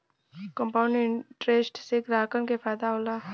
compound interest से ग्राहकन के फायदा होला